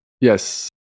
Yes